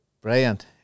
Brilliant